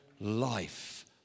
life